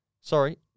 sorry